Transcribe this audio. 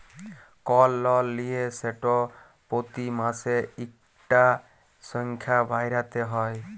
call লল লিলে সেট পতি মাসে ইকটা সংখ্যা ভ্যইরতে হ্যয়